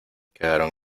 quedaron